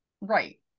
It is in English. Right